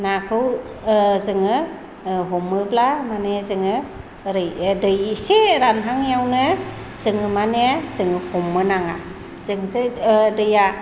नाखौ जोङो हमोब्ला माने जोङो ओरै दै इसे रानहांनायावनो जोङो माने जोङो हमनो नाङा जों जै दैया